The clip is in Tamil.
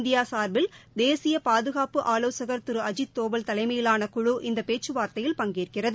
இந்தியா சார்பில் தேசிய பாதுகாப்பு ஆலோசகர் திரு அஜிக் தோவல் தலைமையிலான குழு இந்த பேச்சுவார்த்தையில் பங்கேற்கிறது